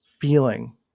feeling